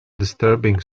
disturbing